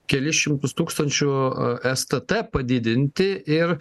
kelis šimtus tūkstančių stt padidinti ir